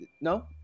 No